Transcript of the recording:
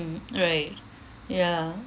right ya